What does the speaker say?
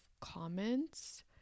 comments